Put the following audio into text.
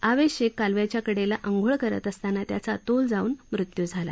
आवेश शेख कालव्याच्या कडेला आंघोळ करताना त्याचा तोल जाऊन त्याचा मृत्यू झाला